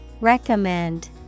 Recommend